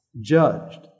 judged